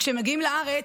כשהם מגיעים לארץ,